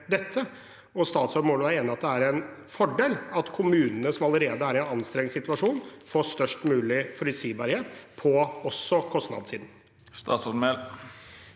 Statsråden må vel være enig i at det er en fordel at kommunene, som allerede er i en anstrengt situasjon, får størst mulig forutsigbarhet også på kostnadssiden.